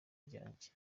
ryanjye